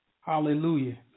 Hallelujah